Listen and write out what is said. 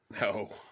No